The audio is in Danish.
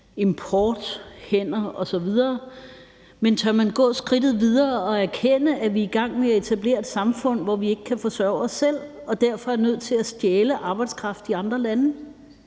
import, hænder osv. Men tør man gå skridtet videre og erkende, at vi er i gang med at etablere et samfund, hvor vi ikke kan forsørge os selv og derfor er nødt til at stjæle arbejdskraft i andre lande?